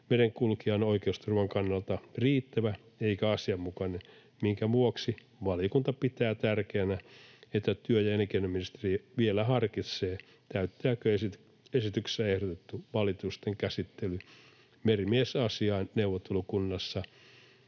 merenkulkijan oikeusturvan kannalta riittävä eikä asianmukainen, minkä vuoksi valiokunta pitää tärkeänä, että työ- ja elinkeinoministeriö vielä harkitsee, täyttääkö esityksessä ehdotettu valitusten käsittely merimiesasiain neuvottelukunnassa